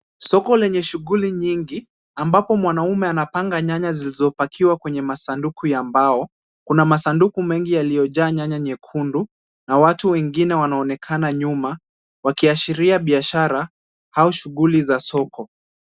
Soko yenye shughuli nyingi, ambapo mwanaume anapanga nyanya zilizopakiwa kwenye masanduku ya mbao. Kuna masanduku mengi yaliyojaa nyanya nyekundu, na watu wengine wanaonekana nyuma wakiashiria biashara au shughuli za soko.